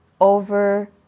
over